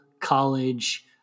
college